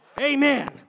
Amen